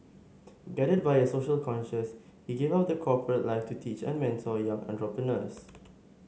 guided by a social conscience he gave up the corporate life to teach and mentor young entrepreneurs